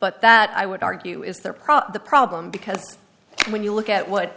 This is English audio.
but that i would argue is there propped the problem because when you look at what